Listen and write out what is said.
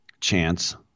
chance